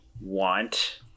want